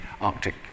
Arctic